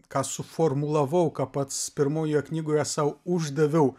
ką suformulavau ką pats pirmojoje knygoje sau uždaviau